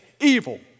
evil